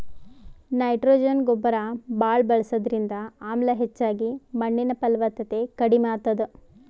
nitrogen ಗೊಬ್ಬರ್ ಭಾಳ್ ಬಳಸದ್ರಿಂದ ಆಮ್ಲ ಹೆಚ್ಚಾಗಿ ಮಣ್ಣಿನ್ ಫಲವತ್ತತೆ ಕಡಿಮ್ ಆತದ್